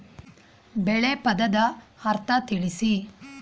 ಬೆಳೆ ಪದದ ಅರ್ಥ ತಿಳಿಸಿ?